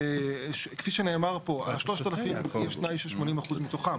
כפי שנאמר פה, ה-3,000, יש תנאי ש-80 אחוז מתוכם.